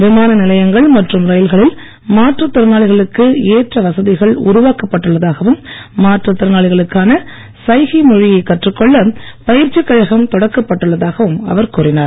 விமான நிலையங்கள் மற்றும் ரயில்களில் மாற்றுத் திறனாளிகளுக்கு ஏற்ற வசதிகள் உருவாக்கப் பட்டுள்ளதாகவும் மாற்றுத் திறனாளிகளுக்கான சைகை மொழியைக் கற்றுக் கொள்ள பயிற்சிக் கழகம் தொடக்கப் பட்டுள்ளதாகவும் அவர் கூறினார்